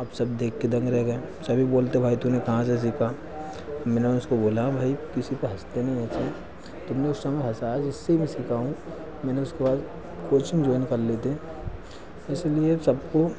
अब सब देख के दंग रह गए सभी बोलते भाई तूने कहाँ से सीखा मैंने उसको बोला भाई किसी का हँसते नहीं अच्छा तुमने उस समय हँसाया जिससे मैं सीखा हूँ मैंने उसके बाद कोचिंग जॉइन कर ली थी इसलिए सबको